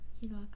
Hero